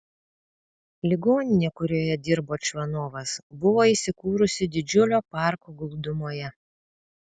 ligoninė kurioje dirbo čvanovas buvo įsikūrusi didžiulio parko glūdumoje